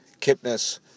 Kipnis